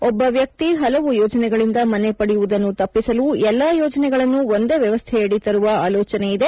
ಒಬ್ಬ ವ್ಯಕ್ತಿ ಹಲವು ಯೋಜನೆಗಳಿಂದ ಮನೆ ಪಡೆಯುವುದನ್ನು ತಪ್ಪಿಸಲು ಎಲ್ಲಾ ಯೋಜನೆಗಳನ್ನು ಒಂದೇ ವ್ಯವಸ್ಥೆಯಡಿ ತರುವ ಆಲೋಚನೆಯಿದೆ